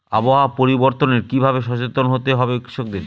আবহাওয়া পরিবর্তনের কি ভাবে সচেতন হতে হবে কৃষকদের?